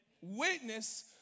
witness